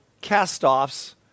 cast-offs